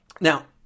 Now